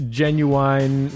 genuine